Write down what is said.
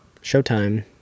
Showtime